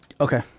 Okay